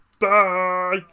Bye